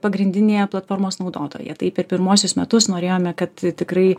pagrindinė platformos naudotoja tai per pirmuosius metus norėjome kad tikrai